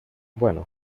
bueno